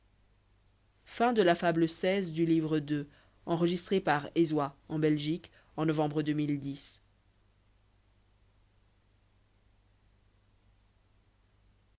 la fable de